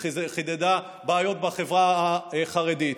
היא חידדה בעיות בחברה החרדית,